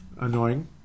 annoying